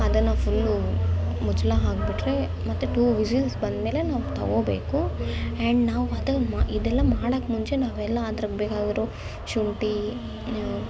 ಅದನ್ನು ಫುಲ್ಲು ಮುಚ್ಚಳ ಹಾಕಿಬಿಟ್ರೆ ಮತ್ತೆ ಟೂ ವಿಸಿಲ್ಸ್ ಬಂದಮೇಲೆ ನಾವು ತಗೊಳ್ಬೇಕು ಆ್ಯಂಡ್ ನಾವು ಅದನ್ನ ಇದೆಲ್ಲ ಮಾಡೋಕೆ ಮುಂಚೆ ನಾವೆಲ್ಲ ಅದಕ್ಕೆ ಬೇಕಾಗಿರೋ ಶುಂಠಿ